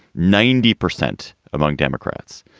ninety percent among democrats,